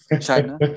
China